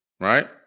right